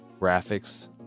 graphics